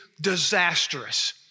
disastrous